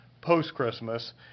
post-Christmas